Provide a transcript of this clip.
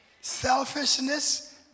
Selfishness